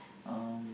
um